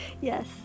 Yes